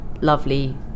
lovely